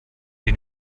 die